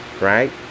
Right